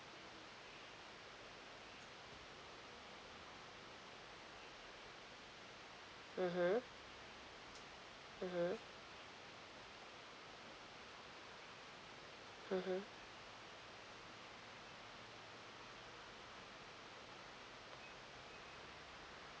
mmhmm mmhmm mmhmm